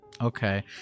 Okay